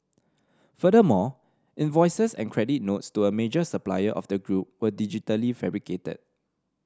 furthermore invoices and credit notes to a major supplier of the group were digitally fabricated